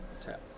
Tap